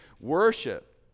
worship